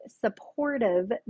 supportive